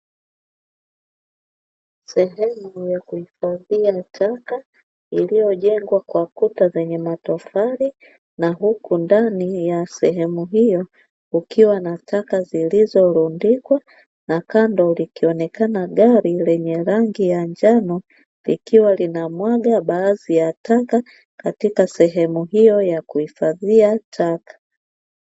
Sehemu ya kuhifadhia taka iliyojengwa kwa kuta zenye matofali na huku ndani ya sehemu hiyo kukiwa na taka zilizo rundikwa na kando, likionekana gari lenye rangi ya njano likiwa linamwaga baadhi ya taka katika sehemu hiyo ya kuhifadhia taka.